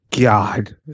god